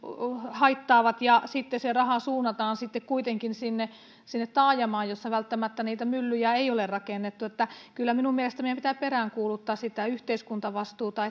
haittaavat ja sitten se raha suunnataan sitten kuitenkin sinne sinne taajamaan jossa välttämättä niitä myllyjä ei ole rakennettu kyllä minun mielestäni meidän pitää peräänkuuluttaa sitä yhteiskuntavastuuta